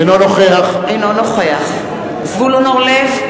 אינו נוכח זבולון אורלב,